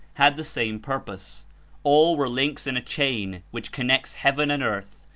had the same purpose all were links in a chain which connects heaven and earth,